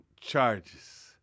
charges